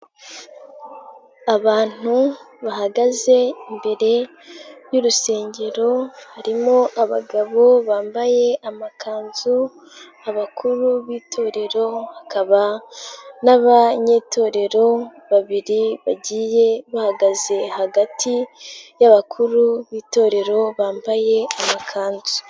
Abantu bahagaze imbere y'urusengero, harimo abagabo bambaye amakanzu, abakuru b'itorero hakaba n'abanyetorero babiri, bagiye bahagaze hagati y'abakuru b'itorero bambaye amakanzu.